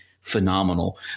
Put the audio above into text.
phenomenal